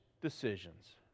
decisions